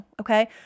Okay